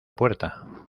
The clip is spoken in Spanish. puerta